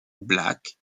black